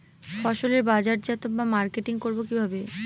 ফসলের বাজারজাত বা মার্কেটিং করব কিভাবে?